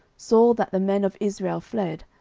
saw that the men of israel fled,